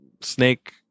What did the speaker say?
snake